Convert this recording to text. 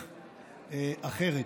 אחרת.